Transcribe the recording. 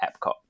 Epcot